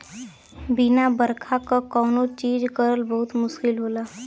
बिना बरखा क कौनो चीज करल बहुत मुस्किल होला